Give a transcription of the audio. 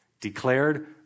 Declared